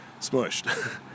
smushed